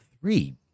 three